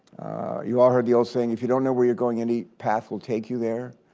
you all heard the old saying, if you don't know where you're going, any path will take you there.